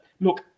look